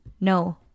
no